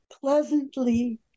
pleasantly